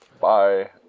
bye